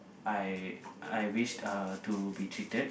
I I wished uh to be treated